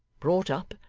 brought up,